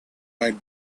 might